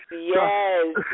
yes